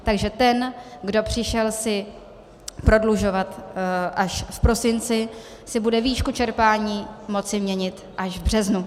Takže ten, kdo si přišel prodlužovat až v prosinci, si bude výšku čerpání moci měnit až v březnu.